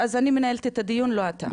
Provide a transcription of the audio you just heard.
אז אני מנהלת את הדיון, לא אתה.